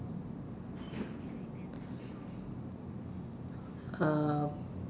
uh